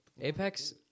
Apex